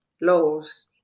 laws